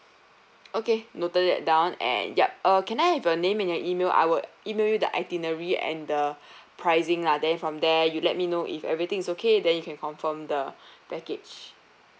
okay noted that down and yup uh can I have your name and your email I will email you the itinerary and the pricing lah then from there you let me know if everything is okay then you can confirm the package